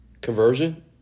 conversion